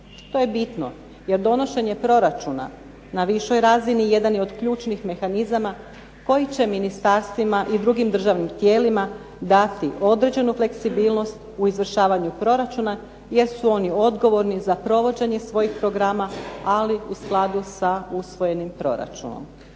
To je bitno jer donošenje proračuna na višoj razini jedan je od ključnih mehanizama koji će ministarstvima i drugim državnim tijelima dati određenu fleksibilnost u izvršavanju proračuna jer su oni odgovorni za provođenje svojih programa ali u skladu sa usvojenim proračunom.